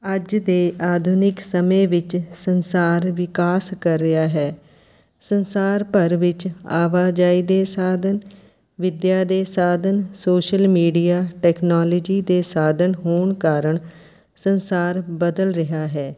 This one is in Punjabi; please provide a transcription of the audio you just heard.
ਅੱਜ ਦੇ ਆਧੁਨਿਕ ਸਮੇਂ ਵਿੱਚ ਸੰਸਾਰ ਵਿਕਾਸ ਕਰ ਰਿਹਾ ਹੈ ਸੰਸਾਰ ਭਰ ਵਿੱਚ ਆਵਾਜਾਈ ਦੇ ਸਾਧਨ ਵਿੱਦਿਆ ਦੇ ਸਾਧਨ ਸ਼ੋਸ਼ਲ ਮੀਡੀਆ ਟੈਕਨੋਲਜੀ ਦੇ ਸਾਧਨ ਹੋਣ ਕਾਰਨ ਸੰਸਾਰ ਬਦਲ ਰਿਹਾ ਹੈ